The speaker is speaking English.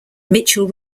mitchell